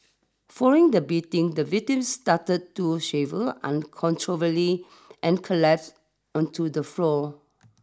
following the beating the victim started to shaver uncontrollably and collapsed onto the floor